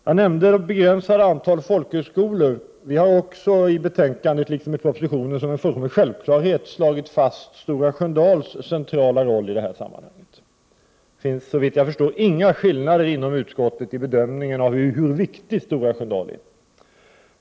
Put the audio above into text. Jag nämnde att det finns ett begränsat antal folkhögskolor. Vi har i betänkandet, liksom man har i propositionen, som en fullkomlig självklarhet slagit fast Stora Sköndals centrala roll i det här sammanhanget. Det finns, såvitt jag förstår, inga skillnader inom utskottet i bedömningen av hur viktig Stora Sköndal är.